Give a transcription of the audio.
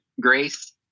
Grace